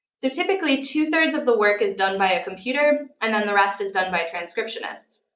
so typically, two three of the work is done by a computer, and then the rest is done by transcriptionists.